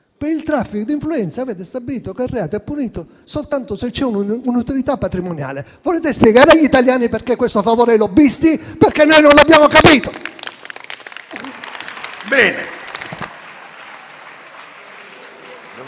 Per il traffico di influenze avete stabilito che il reato è punito soltanto se c'è un un'utilità patrimoniale. Volete spiegare agli italiani perché questo favore ai lobbisti? Noi non l'abbiamo capito!